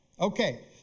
Okay